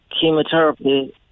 chemotherapy